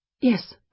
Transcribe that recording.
Yes